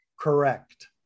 Correct